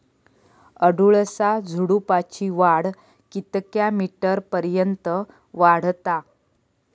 अडुळसा झुडूपाची वाढ कितक्या मीटर पर्यंत वाढता?